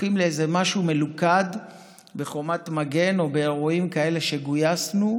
הופכים לאיזה משהו מלוכד בחומת מגן או באירועים כאלה שגויסנו בהם.